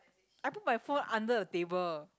I put my phone under the table